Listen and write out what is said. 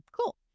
cool